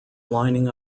lining